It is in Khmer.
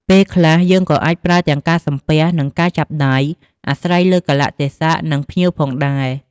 ពេលខ្លះយើងក៏អាចប្រើទាំងការសំពះ និងការចាប់ដៃ អាស្រ័យលើកាលៈទេសៈ និងភ្ញៀវផងដែរ។